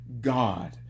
God